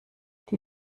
die